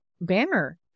banner